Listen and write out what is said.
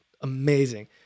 amazing